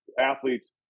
athletes